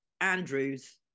Andrew's